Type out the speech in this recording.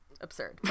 absurd